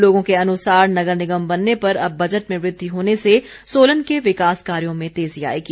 लागों के अनुसार नगर निगम बनने पर अब बजट में वृद्दि होने से सोलन के विकास कार्यो में तेजी आयेगी